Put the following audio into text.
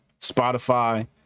spotify